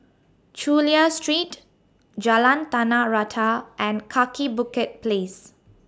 Chulia Street Jalan Tanah Rata and Kaki Bukit Place